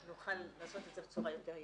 נוכל לעשות את זה בצורה יותר יעילה.